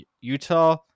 Utah